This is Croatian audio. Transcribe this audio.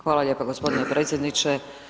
Hvala lijepo g. predsjedniče.